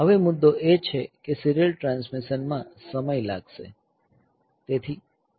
હવે મુદ્દો એ છે કે સીરીયલ ટ્રાન્સમિશન માં સમય લાગશે